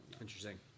Interesting